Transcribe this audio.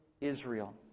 Israel